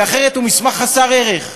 כי אחרת, הוא מסמך חסר ערך.